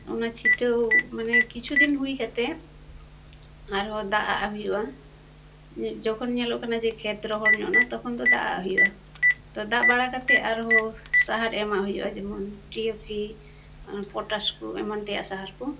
ᱚᱱᱟ ᱪᱷᱤᱴᱟᱹᱣ ᱢᱟᱱᱮ ᱠᱤᱪᱟᱷᱩ ᱫᱤᱱ ᱦᱩᱭ ᱠᱟᱛᱮᱫ ᱟᱨᱦᱚᱸ ᱫᱟᱜᱟᱜ ᱦᱩᱭᱩᱜᱼᱟ ᱡᱚᱠᱷᱚᱱ ᱧᱮᱞᱚᱜ ᱠᱟᱱᱟ ᱡᱮ ᱠᱷᱮᱛ ᱨᱚᱦᱚᱲ ᱧᱚᱜᱼᱱᱟ ᱛᱚᱠᱷᱚᱱ ᱫᱚ ᱫᱟᱜᱟᱜ ᱦᱩᱭᱩᱜᱼᱟ ᱛᱳ ᱫᱟᱜ ᱵᱟᱲᱟ ᱠᱟᱛᱮᱫ ᱟᱨᱦᱚᱸ ᱥᱟᱦᱟᱨ ᱮᱢᱟᱜ ᱦᱩᱭᱩᱜᱼᱟ ᱡᱮᱢᱚᱱ ᱰᱤ ᱮ ᱯᱤ ᱯᱚᱴᱟᱥ ᱠᱚ ᱮᱢᱟᱱ ᱛᱮᱭᱟᱜ ᱥᱟᱦᱟᱨᱠᱚ